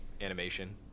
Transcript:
animation